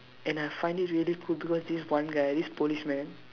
and I found it really cool because this one guy this policeman